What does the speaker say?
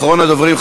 אחרון הדוברים,